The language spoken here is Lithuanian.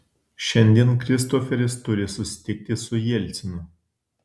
šiandien kristoferis turi susitikti su jelcinu